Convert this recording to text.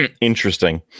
interesting